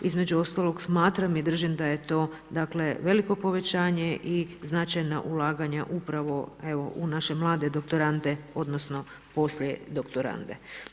Između ostalog smatram i držim da je to veliko povećanje i značajno ulaganja upravo u naše mlade doktorande, odnosno, polijedoktorande.